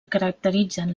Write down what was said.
caracteritzen